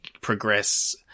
progress